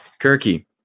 kirky